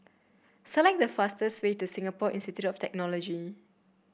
select the fastest way to Singapore Institute of Technology